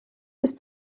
ist